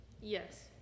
Yes